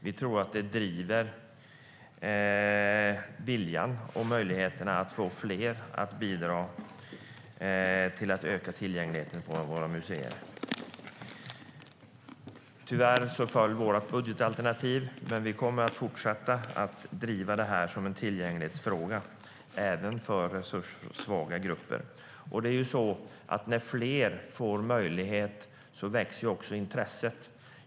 Vi tror att det driver viljan och möjligheterna att få fler att bidra till att öka tillgängligheten till våra museer. Tyvärr föll vårt budgetalternativ, men vi kommer att fortsätta att driva det här som en tillgänglighetsfråga - det handlar även om resurssvaga grupper. När fler får möjlighet väcks också intresset.